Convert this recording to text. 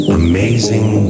amazing